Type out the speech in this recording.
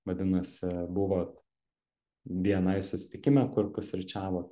vadinasi buvot bni susitikime kur pusryčiavot